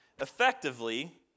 Effectively